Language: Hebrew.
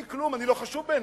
אני כלום, אני לא חשוב בעיניהם,